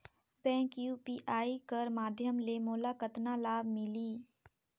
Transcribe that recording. Bank UPI कर माध्यम ले मोला कतना लाभ मिली?